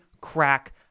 crack